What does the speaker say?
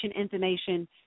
information